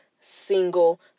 single